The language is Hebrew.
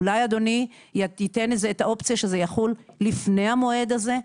אולי אדוני ייתן את האופציה שזה יחול לפני המועד הזה?